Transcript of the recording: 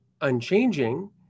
unchanging